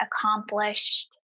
accomplished